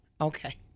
Okay